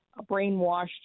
brainwashed